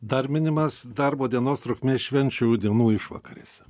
dar minimas darbo dienos trukmė švenčių dienų išvakarėse